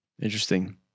Interesting